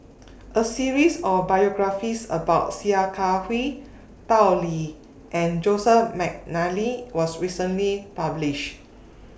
A series of biographies about Sia Kah Hui Tao Li and Joseph Mcnally was recently published